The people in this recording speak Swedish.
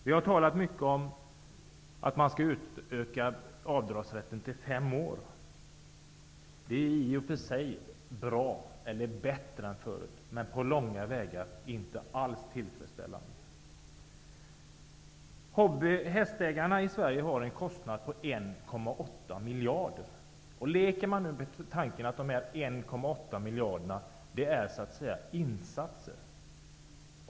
Vi har talat mycket om att man skall utöka avdragsrätten till fem år. Det är i och för sig bra, det är bättre än förut, men det är inte på långa vägar tillfredsställande. Hästägarna i Sverige har en kostnad på 1,8 miljarder. Man kan leka med tanken att dessa 1,8 miljarder är insatser.